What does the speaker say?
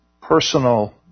personal